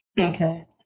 okay